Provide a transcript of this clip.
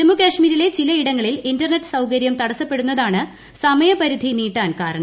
ജമ്മുകശ്മീരിലെ ചിലയിടങ്ങളിൽ ഇന്റർനെറ്റ് സൌകര്യം തടസ്സ്പ്പെടുന്നതാണ് സമയപരിധി നീട്ടാൻ കാരണം